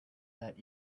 that